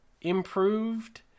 improved